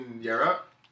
Europe